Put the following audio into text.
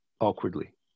awkwardly